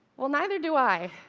well, neither do i,